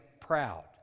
proud